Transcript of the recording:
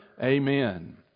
Amen